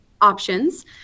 options